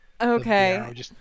Okay